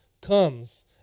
comes